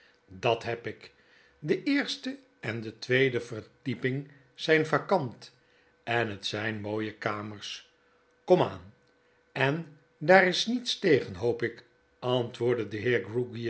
dat heb ik de eerste en de tweede verdieping zgn vakant en het zgn mooie kamers komaan en dar is niets tegen hoop ik antwoordde de